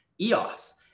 EOS